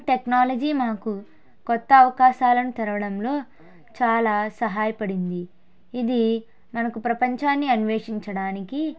technology మాకు కొత్త అవకాశాలను తెరవడంలో చాలా సహాయపడింది ఇది మనకు ప్రపంచాన్ని అన్వేషించడానికి